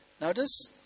notice